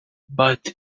but